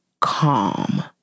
calm